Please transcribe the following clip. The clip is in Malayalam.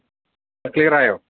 ക്ലിയർ ആയോ